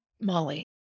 Molly